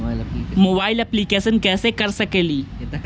Mobile application कैसे कर सकेली?